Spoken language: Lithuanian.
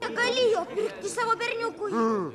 negali jo pirkti savo berniukui